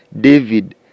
David